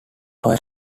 three